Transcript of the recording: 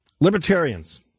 libertarians